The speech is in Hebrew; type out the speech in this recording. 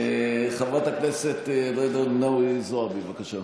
חברת הכנסת ג'ידא רינאוי זועבי, בבקשה.